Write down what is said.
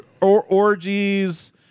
orgies